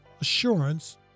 assurance